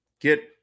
get